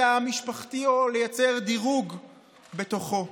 בתא המשפחתי, או לייצר דירוג בתוכו.